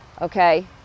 okay